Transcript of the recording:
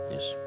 Yes